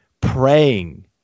praying